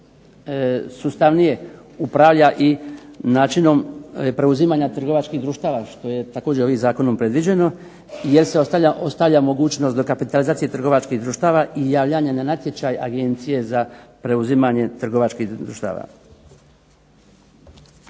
sustavnije upravlja i načinom preuzimanja trgovačkih društava što je također ovim zakonom predviđeno, jer se ostavlja mogućnost dokapitalizacije trgovačkih društava i javljanja na natječaj agencije za preuzimanje trgovačkih društava.